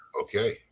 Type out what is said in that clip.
okay